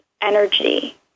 energy